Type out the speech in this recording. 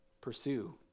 pursue